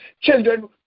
Children